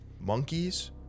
Monkeys